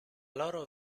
loro